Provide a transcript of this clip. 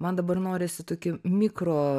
man dabar norisi tokį mikro